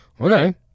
okay